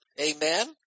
amen